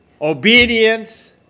obedience